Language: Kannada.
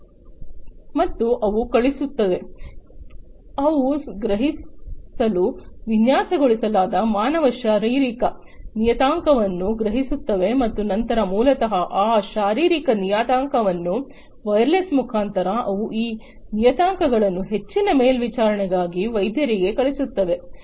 ಮತ್ತು ಅವು ಕಳುಹಿಸುತ್ತವೆ ಅವು ಗ್ರಹಿಸಲು ವಿನ್ಯಾಸಗೊಳಿಸಲಾದ ಮಾನವ ಶಾರೀರಿಕ ನಿಯತಾಂಕವನ್ನು ಗ್ರಹಿಸುತ್ತವೆ ಮತ್ತು ನಂತರ ಮೂಲತಃ ಆ ಶಾರೀರಿಕ ನಿಯತಾಂಕಗಳನ್ನು ವಯರ್ಲೆಸ್ ಮುಖಾಂತರ ಅವು ಆ ನಿಯತಾಂಕಗಳನ್ನು ಹೆಚ್ಚಿನ ಮೇಲ್ವಿಚಾರಣೆಗಾಗಿ ವೈದ್ಯರಿಗೆ ಕಳುಹಿಸುತ್ತವೆ